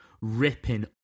ripping